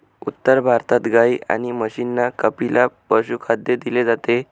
उत्तर भारतात गाई आणि म्हशींना कपिला पशुखाद्य दिले जाते